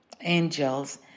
angels